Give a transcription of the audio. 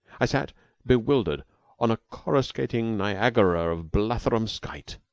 i sat bewildered on a coruscating niagara of blatherum-skite.